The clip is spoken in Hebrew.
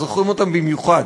זוכרים אותן במיוחד,